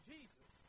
Jesus